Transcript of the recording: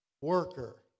Worker